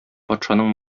патшаның